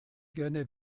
gerne